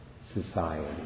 society